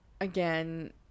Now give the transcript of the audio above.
again